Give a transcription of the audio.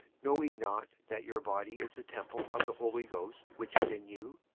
know ye not that your body is the temple of the holy ghost which is in you,